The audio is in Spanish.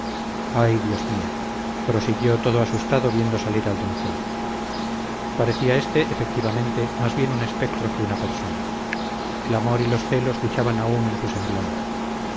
ay dios mío prosiguió todo asustado viendo salir al doncel parecía éste efectivamente más bien un espectro que una persona el amor y los celos luchaban aún en su semblante